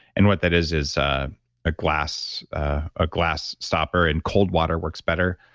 and what that is is a glass ah glass stopper and cold water works better.